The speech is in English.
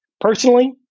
personally